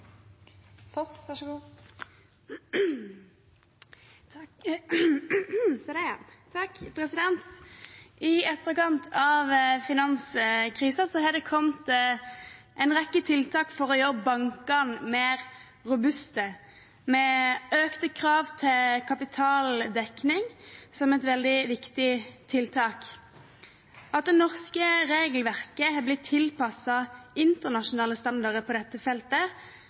I etterkant av finanskrisen har det kommet en rekke tiltak for å gjøre bankene mer robuste, med økte krav til kapitaldekning som et veldig viktig tiltak. At det norske regelverket har blitt tilpasset internasjonale standarder på dette feltet,